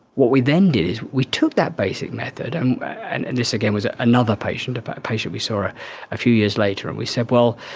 what we then did is we took that basic method, and and and this again was another patient, a patient we saw a few years later, and we said, well,